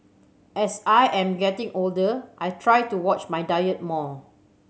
as I am getting older I try to watch my diet more